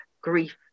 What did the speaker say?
grief